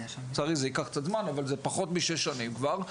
לצערי זה ייקח קצת זמן אבל זה פחות משש שנים כבר,